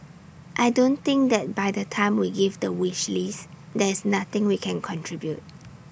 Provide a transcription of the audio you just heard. I don't think that by the time we give the wish list there is nothing we can contribute